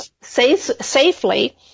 safely